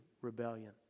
rebellion